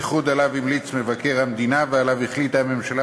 איחוד שעליו המליץ מבקר המדינה ועליו החליטה הממשלה